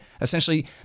essentially